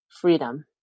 freedom